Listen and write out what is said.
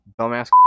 dumbass